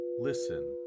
listen